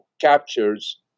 captures